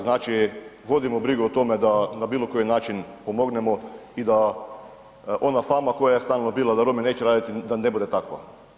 Znači vodimo brigu o tome da na bilokoji način pomognemo i da ona fama koja je stalno bila da Romi neće raditi, da ne bude takva.